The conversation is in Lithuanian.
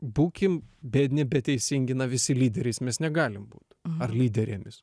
būkim biedni bet teisingi na visi lyderiais mes negalim būt ar lyderėmis